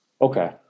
Okay